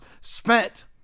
spent